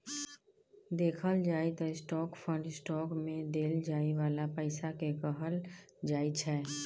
देखल जाइ त स्टाक फंड स्टॉक मे देल जाइ बाला पैसा केँ कहल जाइ छै